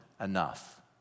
enough